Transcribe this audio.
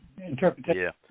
interpretation